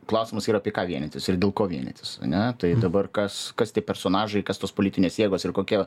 klausimas yra apie ką vienytis ir dėl ko vienytis ane tai dabar kas kas tie personažai kas tos politinės jėgos ir kokia